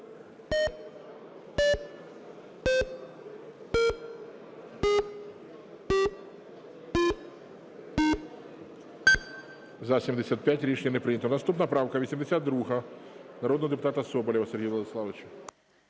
За-75 Рішення не прийнято. Наступна правка 82 народного депутата Соболєва Сергія Владиславовича.